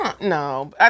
No